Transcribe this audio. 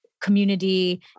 community